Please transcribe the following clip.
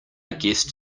guessed